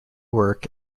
work